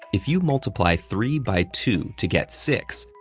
if you multiply three by two to get six,